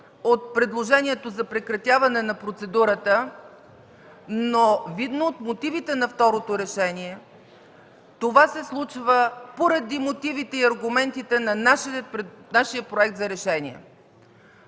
от предложението за прекратяване процедурата, но видно от мотивите на второто решение, това се случва, поради мотивите и аргументите на нашия проект за решение.